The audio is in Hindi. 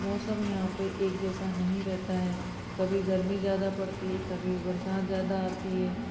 मौसम यहाँ पर एक जैसा नहीं रहता है कभी गर्मी ज़्यादा पड़ती है कभी बरसात ज़्यादा आती है